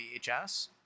VHS